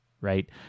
Right